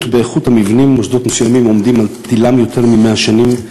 באיכות המבנים במוסדות מסוימים העומדים על תלם יותר מ-100 שנים,